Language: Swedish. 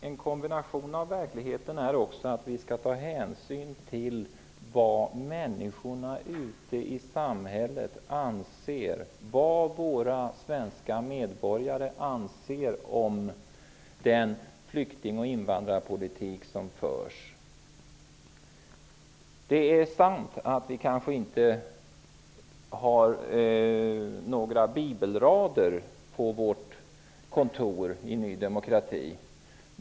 En kombination med verkligheten innebär att vi skall ta hänsyn till vad människorna ute i samhället anser -- vad våra svenska medborgare anser -- om den flykting och invandrarpolitik som förs. Det är sant att vi i Ny demokrati kanske inte har några bibelrader på vårt kontor.